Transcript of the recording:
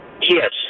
Yes